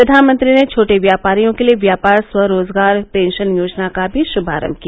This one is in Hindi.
प्रधानमंत्री ने छोटे व्यापारियों के लिए व्यापार स्वरोजगार पेंशन योजना का भी शुभारम्भ किया